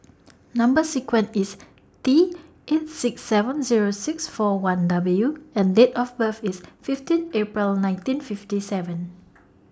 Number sequence IS T eight six seven Zero six four one W and Date of birth IS fifteen April nineteen fifty seven